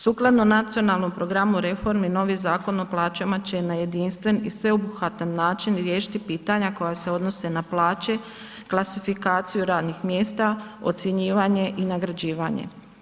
Sukladno Nacionalnom programu reformi novi Zakon o plaćama će na jedinstven i sveobuhvatan način riješiti pitanja koja se odnose na plaće, klasifikaciju radnih mjesta, ocjenjivanje i nagrađivanje.